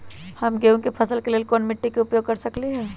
हम गेंहू के फसल के लेल कोन मिट्टी के उपयोग कर सकली ह?